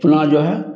अपना जो है